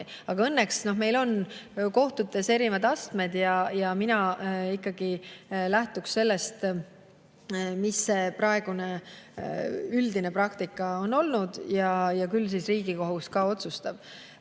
Aga õnneks on meil kohtutes erinevad astmed ja mina ikkagi lähtuksin sellest, mis praegune üldine praktika on olnud, ja küll siis Riigikohus otsustab. Mis